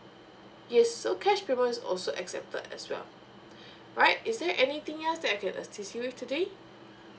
yes so cash payment is also accepted as well right is there anything else that I can assist you with today